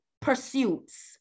pursuits